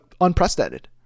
unprecedented